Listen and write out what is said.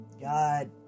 God